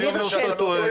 אני אומר שאתה טועה.